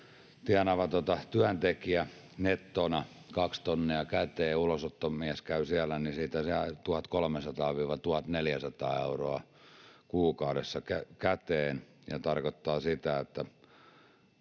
tienaavaa työntekijää, nettona kaksi tonnia käteen, ja ulosottomies käy siellä, niin siitä jää 1 300–1 400 euroa kuukaudessa käteen. Se tarkoittaa sitä, että